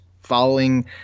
following